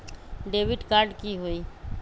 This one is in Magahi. डेबिट कार्ड की होई?